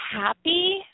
happy